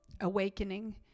awakening